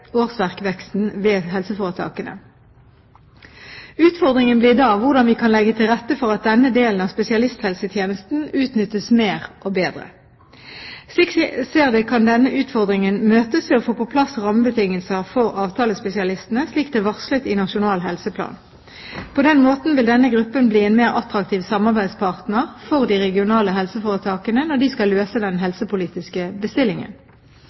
årsverksveksten ved helseforetakene. Utfordringen blir da hvordan vi kan legge til rette for at denne delen av spesialisthelsetjenesten utnyttes mer og bedre. Slik jeg ser det, kan denne utfordringen møtes ved å få på plass rammebetingelser for avtalespesialistene – slik det er varslet i Nasjonal helseplan. På den måten vil denne gruppen bli en mer attraktiv samarbeidspartner for de regionale helseforetakene når de skal løse den helsepolitiske bestillingen.